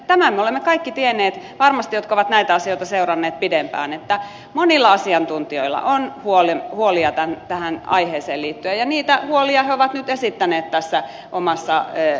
tämän me olemme varmasti tienneet kaikki me jotka olemme näitä asioita seuranneet pidempään että monilla asiantuntijoilla on huolia tähän aiheeseen liittyen ja niitä huolia he ovat nyt esittäneet tässä omassa kannanotossaan